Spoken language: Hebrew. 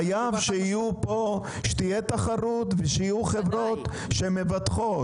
חייב שתהיה פה תחרות ושיהיו חברות שמבטחות.